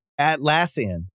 Atlassian